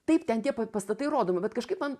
taip ten tie pa pastatai rodomi bet kažkaip man